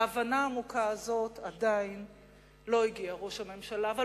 להבנה העמוקה הזאת ראש הממשלה עדיין לא הגיע.